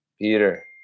Peter